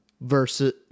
Versus